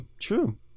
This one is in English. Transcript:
true